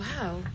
Wow